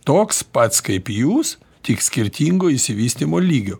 toks pats kaip jūs tik skirtingo išsivystymo lygio